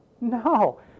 No